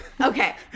Okay